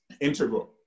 integral